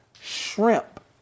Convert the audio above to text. shrimp